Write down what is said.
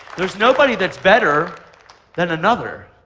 there's nobody that's better than another.